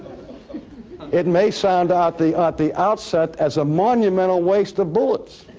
it? it may sound at the ah the outset as a monumental waste of bullets.